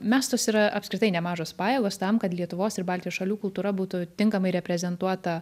mestos yra apskritai nemažos pajėgos tam kad lietuvos ir baltijos šalių kultūra būtų tinkamai reprezentuota